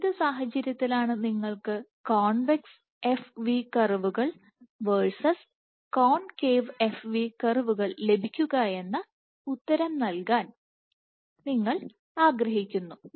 ഏത് സാഹചര്യത്തിലാണ് നിങ്ങൾക്ക് കോൺവെക്സ് f v കർവുകൾ വേഴ്സസ് കോൺകേവ് f v കർവുകൾ ലഭിക്കുകയെന്ന ഉത്തരം നൽകാൻ നിങ്ങൾ ആഗ്രഹിക്കുന്നു